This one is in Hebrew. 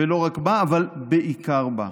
ולא רק בה אבל בעיקר בה.